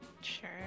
Sure